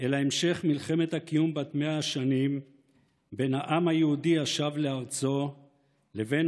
אלא המשך מלחמת הקיום בת מאה השנים בין העם היהודי השב לארצו לבין